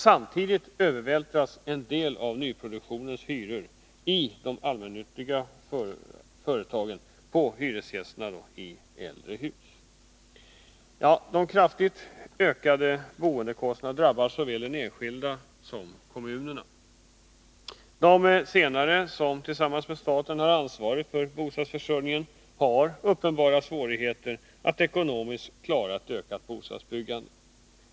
Samtidigt övervältras en del av nyproduktionens hyror i de allmännyttiga företagen på hyresgästerna i äldre hus. De kraftigt ökade boendekostnaderna drabbar såväl den enskilde som kommunerna. De senare som, tillsammans med staten, har ansvaret för bostadsförsörjningen, har uppenbara svårigheter att ekonomiskt klara ett ökat bostadsbyggande.